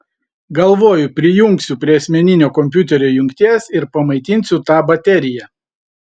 galvoju prijungsiu prie asmeninio kompiuterio jungties ir pamaitinsiu tą bateriją